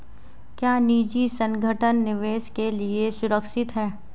क्या निजी संगठन निवेश के लिए सुरक्षित हैं?